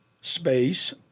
space